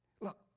Look